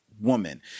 woman